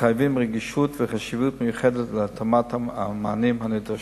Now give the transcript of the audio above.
מחייבים רגישות וחשיבה מיוחדת להתאמת המענים הנדרשים.